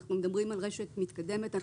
כשאנחנו מדברים על רשת מתקדמת,